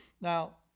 now